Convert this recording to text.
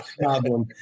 problem